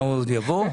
הוא עוד יבוא?